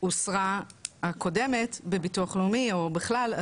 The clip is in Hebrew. הוסרה הקודמת בביטוח לאומי או בכלל,